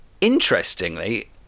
Interestingly